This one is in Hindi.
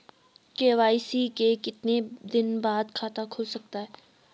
के.वाई.सी के कितने दिन बाद खाता खुल सकता है?